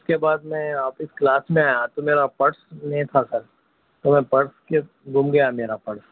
اُس کے بعد میں واپس کلاس میں آیا تو میرا پرس نہیں تھا سر تو میں پرس پھر گم گیا میرا پرس